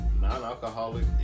Non-alcoholic